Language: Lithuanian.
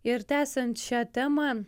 ir tęsiant šią temą